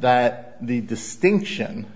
that the distinction